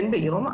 כן, ביום.